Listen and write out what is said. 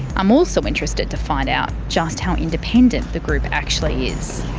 i'm also interested to find out just how independent the group actually is.